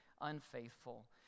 unfaithful